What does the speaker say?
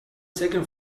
second